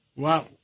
Wow